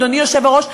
אדוני היושב-ראש,